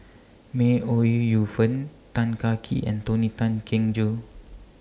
May Ooi Yu Fen Tan Kah Kee and Tony Tan Keng Joo